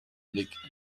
blick